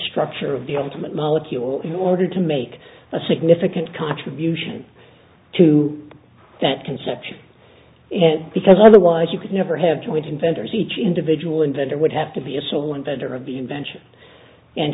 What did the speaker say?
structure of the ultimate molecule in order to make a significant contribution to that conception and because otherwise you could never have joint inventors each individual inventor would have to be a sole inventor of the invention and